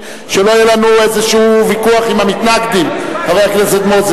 34 בעד, אין מתנגדים, אין נמנעים.